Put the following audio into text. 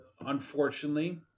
unfortunately